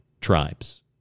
tribes